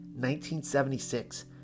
1976